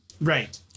right